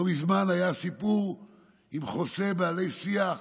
לא מזמן היה סיפור עם חוסה בעלי שיח